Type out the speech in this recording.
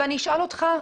אני אשאל אותך,